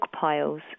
piles